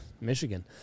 Michigan